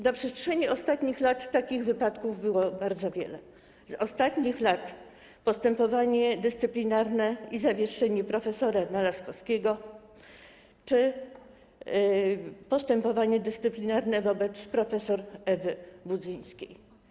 Na przestrzeni ostatnich lat takich przypadków było wiele, przykładem choćby postępowanie dyscyplinarne i zawieszenie prof. Nalaskowskiego czy postępowanie dyscyplinarne wobec prof. Ewy Budzyńskiej.